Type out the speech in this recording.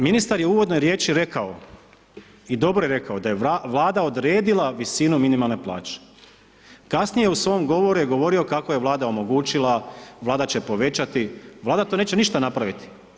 Ministar je u uvodnoj riječi rekao i dobro je rekao, da je Vlada odredila visinu minimalne plaće. kasnije u svom govoru je govorio kako je Vlada omogućila, Vlada će povećati, Vlada to neće ništa napraviti.